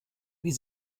wie